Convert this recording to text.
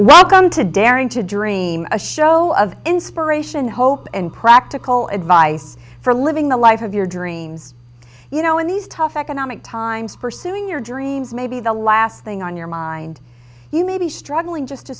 welcome to daring to dream a show of inspiration hope and practical advice for living the life of your dreams you know in these tough economic times pursuing your dreams may be the last thing on your mind you may be struggling just to